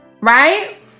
right